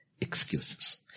excuses